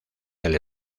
del